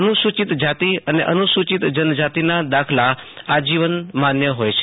અનુસૂચિત જાતિ અને અનુસૂચિત જનજાતિના દાખલા આજીવન માન્ય હોય છે